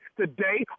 today